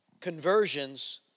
conversions